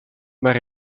maar